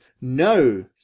No